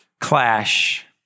clash